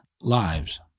lives